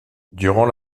durant